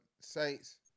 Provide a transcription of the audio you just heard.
Saints